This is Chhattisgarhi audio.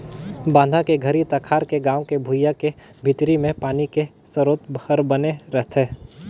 बांधा के घरी तखार के गाँव के भुइंया के भीतरी मे पानी के सरोत हर बने रहथे